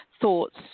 thoughts